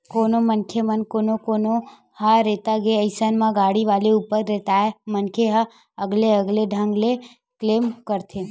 कोनो मनखे म कोनो कोनो ह रेता गे अइसन म गाड़ी वाले ऊपर रेताय मनखे ह अलगे अलगे ढंग ले क्लेम करथे